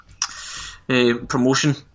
promotion